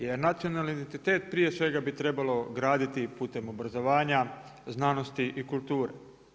Jer nacionalni identitet, prije svega bi trebalo graditi putem obrazovanja, znanosti i kulture.